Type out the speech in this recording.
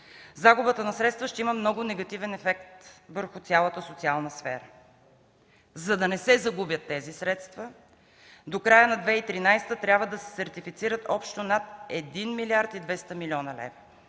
загубата на средства ще има много негативен ефект върху цялата социална сфера. За да не се загубят тези средства, до края на 2013 г. трябва да се сертифицират общо над 1 млрд. 200 млн. лв.